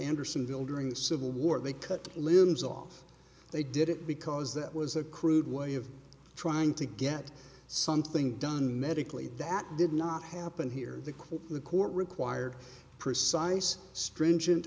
andersonville during the civil war they cut the limbs off they did it because that was a crude way of trying to get something done medically that did not happen here the court the court required precise stringent